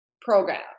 program